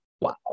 Wow